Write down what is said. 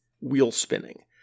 wheel-spinning